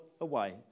away